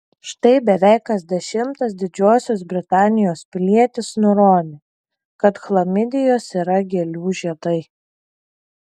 štai beveik kas dešimtas didžiosios britanijos pilietis nurodė kad chlamidijos yra gėlių žiedai